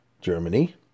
Germany